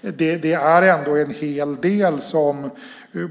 Det är ändå en hel del.